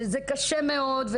שזה קשה מאוד,